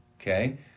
okay